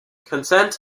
consent